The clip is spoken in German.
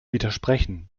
widersprechen